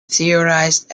theorized